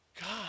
God